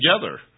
together